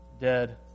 dead